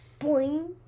boing